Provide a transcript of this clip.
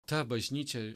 ta bažnyčia